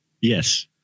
Yes